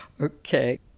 Okay